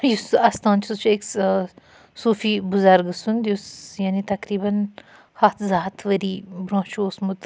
یُس سُہ آستان چھُ سُہ چھُ أکِس صوفی بُزَرگہٕ سُنٛد یعنی تَقریباً ہَتھ زٕ ہَتھ ؤری برونٛہہ چھُ اوسمُت